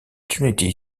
trinity